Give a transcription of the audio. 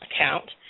account